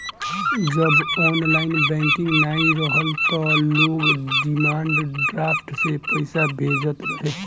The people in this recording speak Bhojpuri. जब ऑनलाइन बैंकिंग नाइ रहल तअ लोग डिमांड ड्राफ्ट से पईसा भेजत रहे